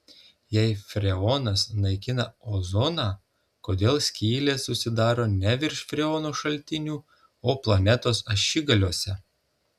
jei freonas naikina ozoną kodėl skylės susidaro ne virš freono šaltinių o planetos ašigaliuose